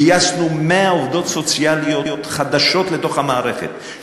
גייסנו 100 עובדות סוציאליות חדשות לתוך המערכת,